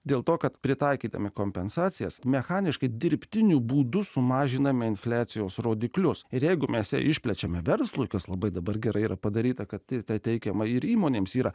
dėl to kad pritaikydami kompensacijas mechaniškai dirbtiniu būdu sumažiname infliacijos rodiklius ir jeigu mes išplečiame verslui kas labai dabar gerai yra padaryta kad ta teikiama ir įmonėms yra